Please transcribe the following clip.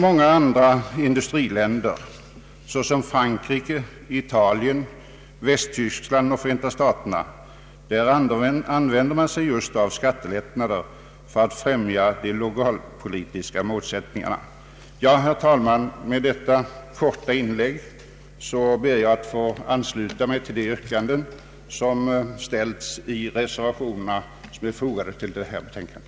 Många andra industriländer, såsom Frankrike, Italien, Västtyskland och Förenta staterna, använder skattelättnader för att främja de lokalpolitiska målsättningarna. Med detta korta inlägg ber jag, herr talman, att få ansluta mig till de yrkanden som har ställts i de reservationer som är fogade till detta betänkande.